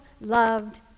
loved